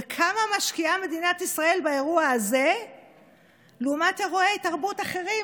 וכמה משקיעה מדינת ישראל באירוע הזה לעומת אירועי תרבות אחרים,